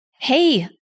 Hey